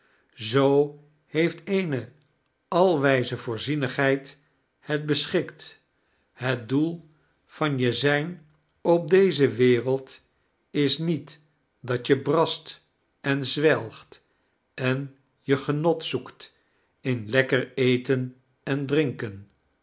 zoo heeft eenealwijze voorzienigheid liet beschikt het doel van je zijn op deze wereld is niet dat je brast en zwelgt en je genot zoekt in lekker eteii en drinken